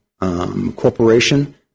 corporation